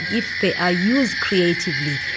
if they are used creatively,